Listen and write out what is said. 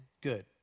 good